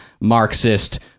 Marxist